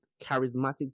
charismatic